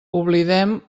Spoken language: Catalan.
oblidem